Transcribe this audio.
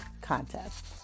contest